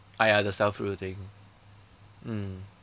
ah ya the self rule thing mm